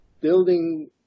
building